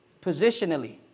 positionally